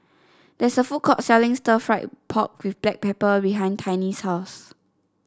there is a food court selling Stir Fried Pork with Black Pepper behind Tiny's house